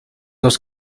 los